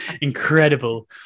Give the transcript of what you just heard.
incredible